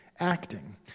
Acting